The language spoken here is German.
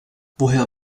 woher